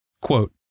Quote